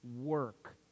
work